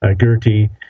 Gertie